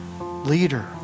leader